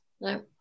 No